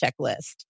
checklist